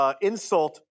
insult